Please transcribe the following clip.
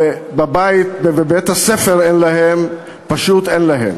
בבית ובבית-הספר, אין להם, פשוט אין להם.